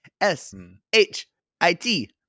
S-H-I-T